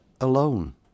alone